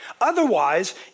Otherwise